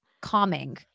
calming